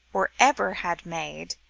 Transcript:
or ever had made,